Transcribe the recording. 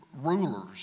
rulers